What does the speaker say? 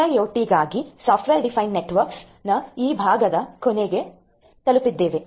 ಐಐಒಟಿಗಾಗಿ software defined ನೆಟ್ವರ್ಕ್ಸ್ನ ಈ ಭಾಗದ ಕೊನೆಗೆ ತಲುಪಿದ್ದೇವೆ